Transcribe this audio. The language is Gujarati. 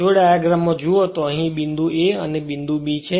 જો ડાયગ્રામ માં જુઓ તો આ એક બિંદુ અહીં a અને b છે